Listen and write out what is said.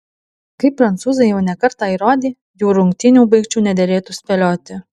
kaip prancūzai jau ne kartą įrodė jų rungtynių baigčių nederėtų spėlioti